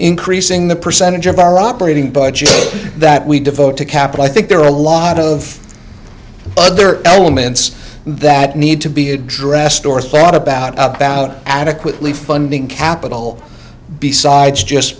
increasing the percentage of our operating budget that we devote to capital i think there are a lot of other elements that need to be addressed or thought about about adequately funding capital besides just